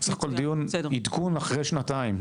בסך הכול, עדכון אחרי שנתיים.